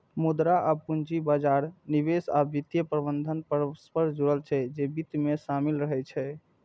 मुद्रा आ पूंजी बाजार, निवेश आ वित्तीय प्रबंधन परस्पर जुड़ल छै, जे वित्त मे शामिल रहै छै